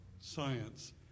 science